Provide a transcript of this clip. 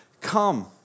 come